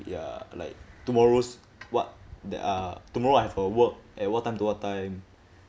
ya like tomorrow's what that uh tomorrow I have uh work at what time to what time